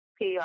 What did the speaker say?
PR